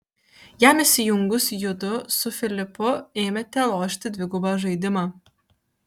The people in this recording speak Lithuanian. jam įsijungus judu su filipu ėmėte lošti dvigubą žaidimą